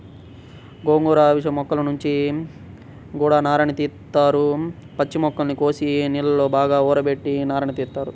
గోంగూర, అవిశ మొక్కల నుంచి గూడా నారని తీత్తారు, పచ్చి మొక్కల్ని కోసి నీళ్ళలో బాగా ఊరబెట్టి నారని తీత్తారు